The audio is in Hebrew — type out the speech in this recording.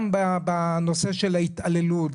גם בנושא של ההתעללות,